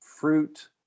fruit